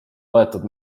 võetud